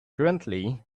currently